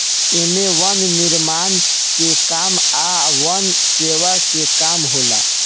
एमे वन निर्माण के काम आ वन सेवा के काम होला